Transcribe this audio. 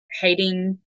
hating